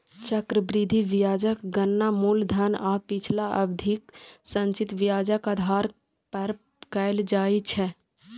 चक्रवृद्धि ब्याजक गणना मूलधन आ पिछला अवधिक संचित ब्याजक आधार पर कैल जाइ छै